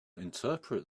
interpret